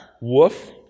WOOF